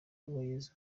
uwayezu